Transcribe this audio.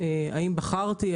האם בחרתי,